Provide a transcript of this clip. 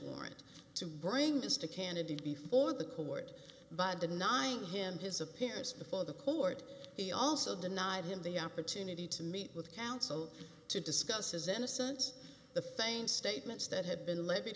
warrant to bring this to candidate before the court by denying him his appearance before the court he also denied him the opportunity to meet with counsel to discuss his innocence the feigned statements that had been l